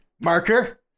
marker